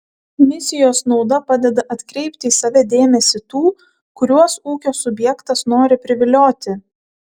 misijos nauda padeda atkreipti į save dėmesį tų kuriuos ūkio subjektas nori privilioti